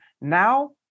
Now